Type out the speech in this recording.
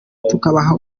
tukabaha